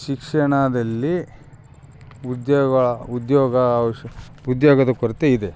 ಶಿಕ್ಷಣದಲ್ಲಿ ಉದ್ಯೋಗ ಉದ್ಯೋಗ ಶ್ ಉದ್ಯೋಗದ ಕೊರತೆಯಿದೆ